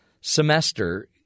semester